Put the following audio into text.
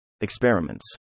Experiments